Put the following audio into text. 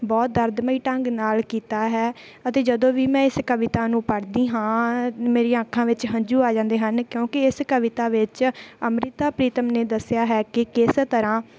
ਬਹੁਤ ਦਰਦਮਈ ਢੰਗ ਨਾਲ ਕੀਤਾ ਹੈ ਅਤੇ ਜਦੋਂ ਵੀ ਮੈਂ ਇਸ ਕਵਿਤਾ ਨੂੰ ਪੜ੍ਹਦੀ ਹਾਂ ਮੇਰੀਆਂ ਅੱਖਾਂ ਵਿੱਚ ਹੰਝੂ ਆ ਜਾਂਦੇ ਹਨ ਕਿਉਂਕਿ ਇਸ ਕਵਿਤਾ ਵਿੱਚ ਅੰਮ੍ਰਿਤਾ ਪ੍ਰੀਤਮ ਨੇ ਦੱਸਿਆ ਹੈ ਕਿ ਕਿਸ ਤਰ੍ਹਾਂ